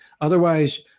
otherwise